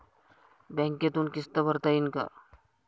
बँकेतून किस्त भरता येईन का?